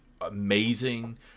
amazing